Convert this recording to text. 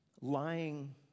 Lying